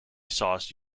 sauce